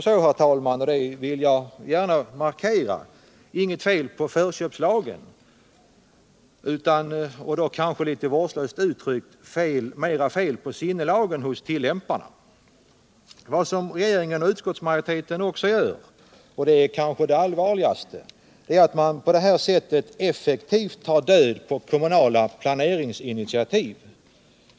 Nu är det, och det vill jag gärna markera, inget fel på förköpslagen, utan mer på — för att uttrycka det litet vårdslöst — sinnelaget hos tillämparna. Vad regeringen och utskottsmajoriteten gör — och det är kanske det allvarligaste — är att man på detta sätt effektivt tar död på kommunala planeringsinitiativ.